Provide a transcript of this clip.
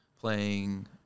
playing